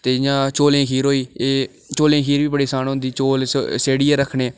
ते जि'यां चौलेंं दी खीर होई एह् चौलें दी खीर बी बड़ी असान होंदी चौल सेड़ियै रक्खने